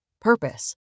purpose